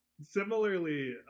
Similarly